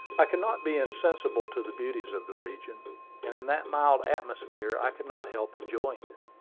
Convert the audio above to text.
i could not be insensible to the beauties of the region, and in that mild atmosphere i could not help enjoying it.